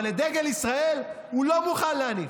אבל את דגל ישראל הוא לא מוכן להניף.